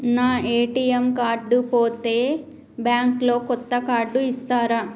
నా ATM card పోతే bank లో కొత్త కార్డు ఇస్తరా?